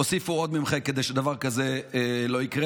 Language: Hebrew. והוסיפו עוד מומחה כדי שדבר כזה לא יקרה.